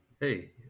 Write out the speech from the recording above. Hey